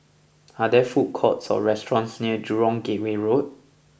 are there food courts or restaurants near Jurong Gateway Road